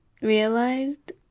realized